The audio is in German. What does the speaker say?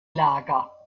lager